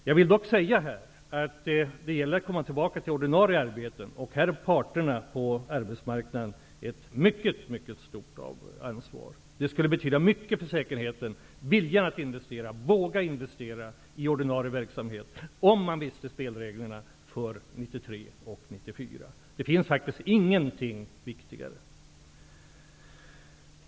Jag vill dock säga här att det gäller att komma tillbaka till ordinarie arbeten. Här har parterna på arbetsmarknaden att mycket stort ansvar. Det skulle betyda mycket för säkerheten och viljan att våga investera om man visste hur spelreglerna för 1993 och 1994 ser ut. Det finns faktiskt ingenting som är viktigare.